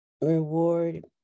Reward